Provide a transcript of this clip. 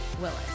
Willis